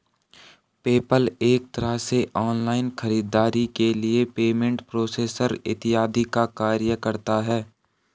PayPal एक तरह से ऑनलाइन खरीदारी के लिए पेमेंट प्रोसेसर इत्यादि का कार्य करता है